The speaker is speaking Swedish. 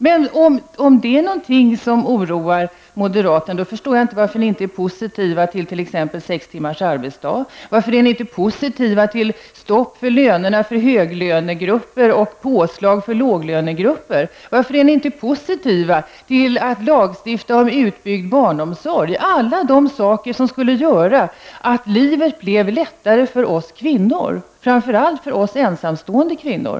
Men om detta är någonting som oroar moderaterna förstår inte jag varför ni inte är positiva till t.ex. sex timmars arbetsdag. Varför är ni inte positiva till stopp för löneökningar till höglönegrupper och påslag för låglönegrupper? Varför är ni inte positiva till att lagstifta om en utbyggd barnomsorg? Allt detta är saker som skulle göra att livet blev lättare för oss kvinnor, framför allt för oss ensamstående kvinnor.